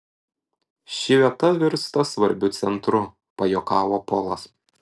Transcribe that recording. ši vieta virsta svarbiu centru pajuokavo polas